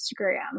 Instagram